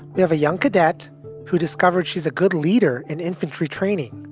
we have a young cadet who discovered she's a good leader in infantry training